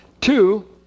Two